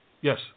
Yes